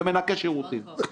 ומנקה שירותים?